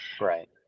right